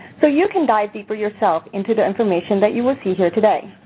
so you can dive deeper yourself into the information that you will see here today.